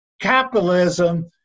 capitalism